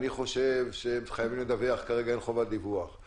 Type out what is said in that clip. אני חושב שהם חייבים לדווח, כרגע אין חובת דיווח;